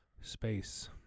space